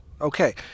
Okay